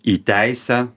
į teisę